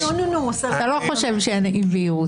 אתה לא חושב שיש אי-בהירות.